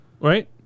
right